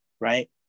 Right